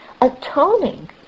Atoning